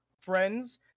friends